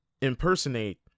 impersonate